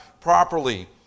properly